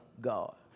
God